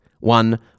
one